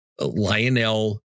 Lionel